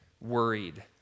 worried